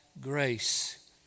grace